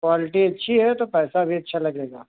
quality अच्छी है तो पैसा भी अच्छा लगेगा